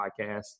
podcast